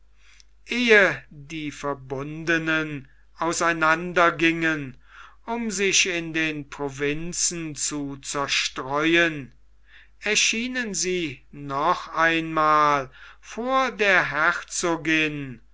ehe die verbundenen auseinander gingen um sich in den provinzen zu zerstreuen erschienen sie noch einmal vor der herzogin